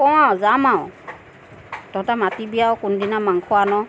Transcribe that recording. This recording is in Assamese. কওঁ আৰু যাম আৰু তহঁতে মাতিবি আৰু কোনদিনা মাংস আন